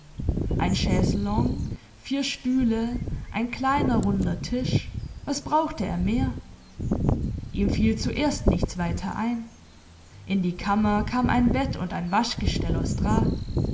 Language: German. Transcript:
ein chaiselongue vier stühle ein kleiner runder tisch was brauchte er mehr ihm fiel zuerst nichts weiter ein in die kammer kam ein bett und ein waschgestell aus draht